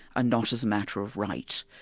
and not as a matter of right.